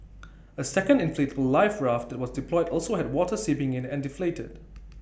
A second inflatable life raft that was deployed also had water seeping in and deflated